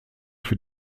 für